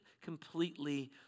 completely